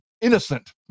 innocent